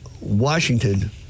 Washington